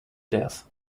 death